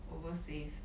over save